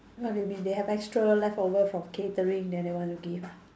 what do you mean they have extra leftover from catering then they want to give ah